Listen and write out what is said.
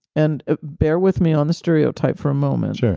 and bear with me on the stereotype for a moment, yeah